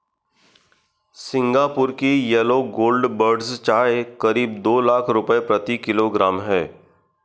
Singapore की yellow gold buds चाय करीब दो लाख रुपए प्रति किलोग्राम है